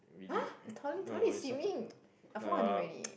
!huh! it's Tao-Li Tao-Li Tao-Li is swimming I found her name already